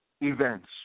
events